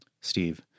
Steve